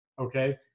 Okay